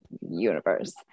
universe